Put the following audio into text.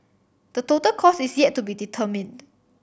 the total cost is yet to be determined